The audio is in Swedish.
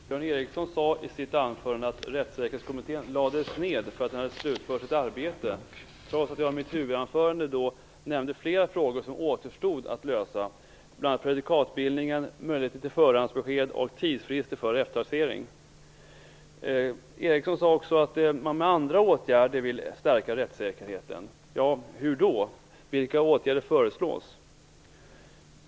Fru talman! Björn Ericson sade i sitt anförande att Rättssäkerhetskommittén lades ned eftersom den hade slutfört sitt arbete, trots att han i sitt huvudanförande nämnde flera frågor som återstår att lösa, bl.a. prejudikatsbildningen, förhandsbesked och tidsfrister för eftertaxering. Björn Ericson sade också att man med andra åtgärder vill stärka rättssäkerheten. Hur då? Vilka åtgärder föreslås?